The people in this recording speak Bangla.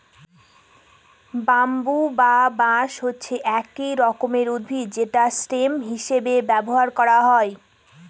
ব্যাম্বু বা বাঁশ হচ্ছে এক রকমের উদ্ভিদ যেটা স্টেম হিসেবে ব্যবহার করা হয়